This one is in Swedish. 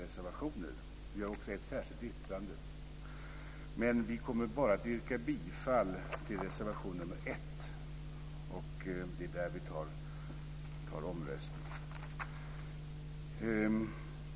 Vi har också ett särskilt yttrande, men vi kommer att yrka bifall bara till reservation 1. Det är där vi kommer att begära omröstning.